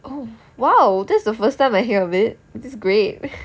oh !wow! that's the first time I hear of it that's great